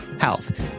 health